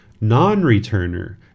Non-returner